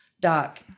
doc